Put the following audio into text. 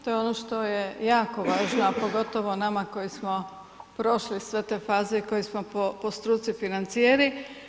To je ono što je jako važno, a pogotovo nama koji smo prošli sve te faze koje smo po struci financijeri.